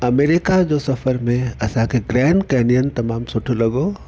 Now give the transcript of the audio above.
America जो सफ़र में असांखे ग्रैंड कैनियन तमामु सुठो लॻो